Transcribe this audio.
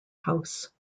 house